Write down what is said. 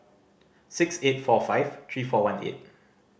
six eight four five three four one eight